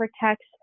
protects